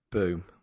boom